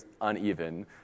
uneven